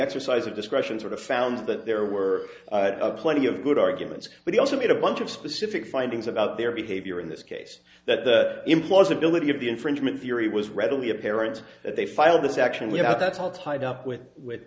exercise of discretion sort of found that there were plenty of good arguments but he also made a bunch of specific findings about their behavior in this case that the implausibility of the infringement theory was readily apparent that they filed this action without that's all tied up with with